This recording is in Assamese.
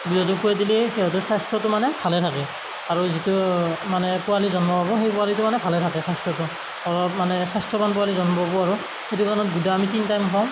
গুদাটো খুৱাই দিলে সিহঁতৰ স্বাস্থ্যটো মানে ভালে থাকে আৰু যিটো মানে পোৱালি জন্ম পাব সেই পোৱালিটো মানে ভালে থাকে স্বাস্থ্যটো অলপমানে স্বাস্থ্যৱান পোৱালি জন্ম পাব আৰু সেইটো কাৰণত গুদা আমি তিনি টাইম খুৱাওঁ